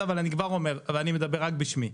אבל אני כבר אומר ואני מדבר רק בשמי: